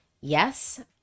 yes